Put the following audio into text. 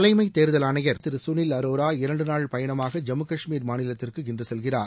தலைமைத் தேர்தல் ஆணையர் திரு கனில் அரோரா இரண்டு நாள் பயணமாக ஜம்மு காஷ்மீர் மாநிலத்திற்கு இன்று செல்கிறார்